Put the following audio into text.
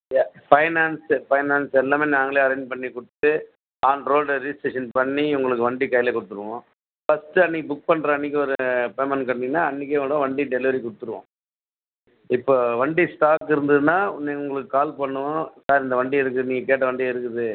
யா finance finance எல்லாமே நாங்களே arrange பண்ணிக் கொடுத்து ஆன் ரோட் ரிஜிஸ்ட்ரேஷன் பண்ணி உங்களுக்கு வண்டி கையிலே கொடுத்துருவோம் ஃபர்ஸ்ட்டு அன்னைக்கு புக் பண்ணுற அன்னைக்கு ஒரு பேமெண்ட் கட்டினீங்கனா அன்றைக்கியோட வண்டி டெலிவெரி கொடுத்துடுவோம் இப்போ வண்டி ஸ்டாக் இருந்துதுனால் உடனே உங்களுக்குக் கால் பண்ணுவோம் சார் இந்த வண்டி இருக்குது நீங்கள் கேட்ட வண்டி இருக்குது